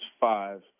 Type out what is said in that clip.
five